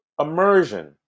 immersion